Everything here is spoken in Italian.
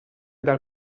dal